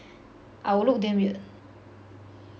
I will look damn weird